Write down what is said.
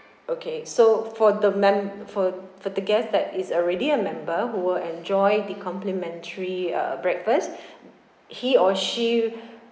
okay so for the mem~ for for the guest that is already a member who will enjoy the complimentary uh breakfast he or she